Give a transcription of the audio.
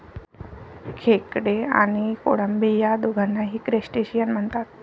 खेकडे आणि कोळंबी या दोघांनाही क्रस्टेशियन म्हणतात